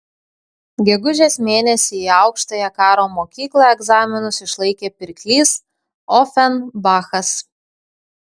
gegužės mėnesį į aukštąją karo mokyklą egzaminus išlaikė pirklys ofenbachas